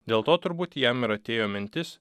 dėl to turbūt jam ir atėjo mintis